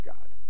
God